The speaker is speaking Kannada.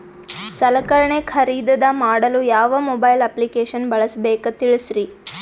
ಸಲಕರಣೆ ಖರದಿದ ಮಾಡಲು ಯಾವ ಮೊಬೈಲ್ ಅಪ್ಲಿಕೇಶನ್ ಬಳಸಬೇಕ ತಿಲ್ಸರಿ?